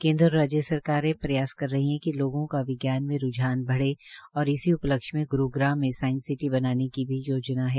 केन्द्र और राज्य सरकारे प्रयास कर रही है कि लोगों का विज्ञान में रूझान बढ़े इसी उपलक्ष्य में ग्रूग्राम में साईस सिटी बनाने की भी योजना है